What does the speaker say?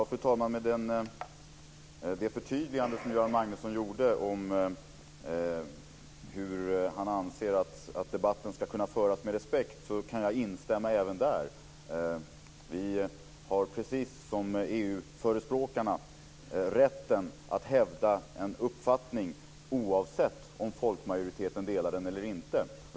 Fru talman! Med det förtydligande som Göran Magnusson gjorde om hur han anser att debatten ska kunna föras med respekt kan jag instämma även där. Vi har precis som EU-förespråkarna rätten att hävda en uppfattning, oavsett om folkmajoriteten delar den eller inte.